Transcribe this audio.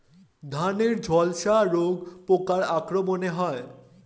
ধানের ঝলসা রোগ পোকার আক্রমণে হয়?